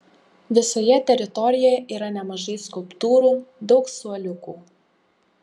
visoje teritorijoje yra nemažai skulptūrų daug suoliukų